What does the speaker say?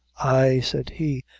ay, said he,